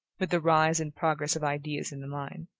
with the rise and progress of ideas in the mind.